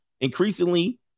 Increasingly